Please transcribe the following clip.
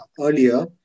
earlier